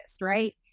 Right